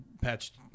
patched